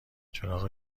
چراغ